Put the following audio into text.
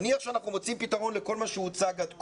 נניח שאנחנו מוצאים פתרון לכל מה שהוצג עד כה,